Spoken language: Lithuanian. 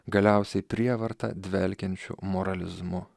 galiausiai prievarta dvelkiančiu moralizavimu